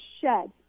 shed